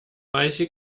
reiche